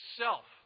self